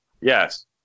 yes